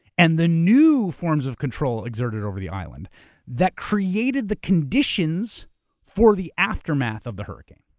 and the new forms of control exerted over the island that created the conditions for the aftermath of the hurricane,